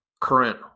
current